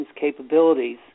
capabilities